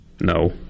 No